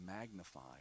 magnified